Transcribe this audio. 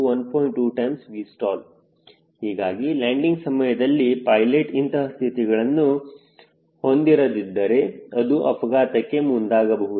2Vstall ಹೀಗಾಗಿ landing ಸಮಯದಲ್ಲಿ pilot ಇಂತಹ ಸ್ಥಿತಿಗಳನ್ನು ಹೊಂದಿರದಿದ್ದರೆ ಅದು ಅಪಘಾತಕ್ಕೆ ಮುಂದಾಗಬಹುದು